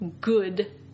good